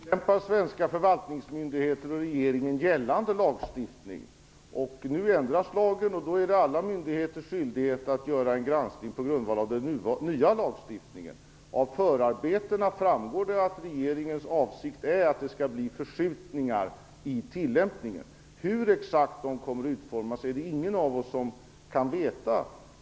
Herr talman! I dag tillämpar svenska förvaltningsmyndigheter och vår regering hittills gällande lagstiftning. Nu ändras lagen, och då är det alla myndigheters skyldighet att göra en granskning på grundval av den nya lagstiftningen. Av förarbetena framgår att det är regeringens avsikt att förskjutningar skall ske i tillämpningen. Hur de exakt kommer att utformas kan ingen av oss veta.